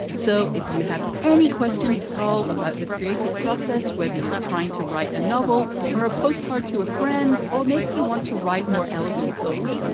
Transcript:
so if you have any questions at all about the creative process, whether you're trying to write a novel or a postcard to a friend, or maybe you want to write more elegant code,